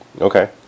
Okay